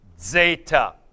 zeta